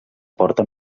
porta